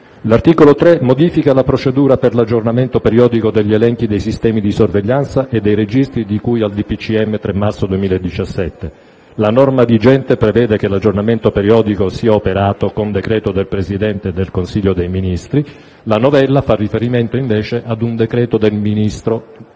L'articolo 3 modifica la procedura per l'aggiornamento periodico degli elenchi dei sistemi di sorveglianza e dei registri di cui al decreto del Presidente del Consiglio dei ministri del 3 marzo 2017. La norma vigente prevede che l'aggiornamento periodico sia operato con decreto del Presidente del Consiglio dei ministri. La novella fa riferimento invece ad un decreto del Ministro